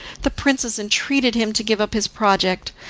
the princess entreated him to give up his project,